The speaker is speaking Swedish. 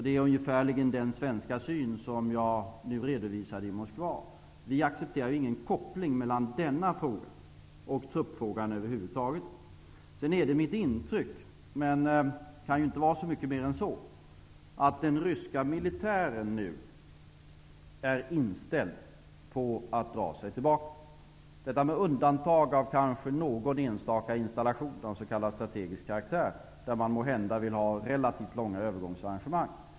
Det är ungefärligen den svenska syn som jag redovisade i Moskva. Vi accepterar över huvud taget ingen koppling mellan denna fråga och truppfrågan. Sedan är det mitt intryck -- men kan inte vara mycket mer än så -- att den ryska militären är inställd på att dra sig tillbaka, kanske med undantag av någon enstaka installation av s.k. strategisk karaktär. I dessa fall vill man måhända ha relativt långa övergångsarrangemang.